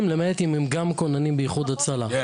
למעט אם הם גם כוננים באיחוד הצלה,